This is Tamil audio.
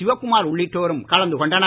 சிவக்குமார் உள்ளிட்டோரும் கலந்து கொண்டனர்